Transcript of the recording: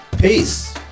Peace